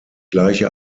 gleiche